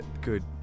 good